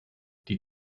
die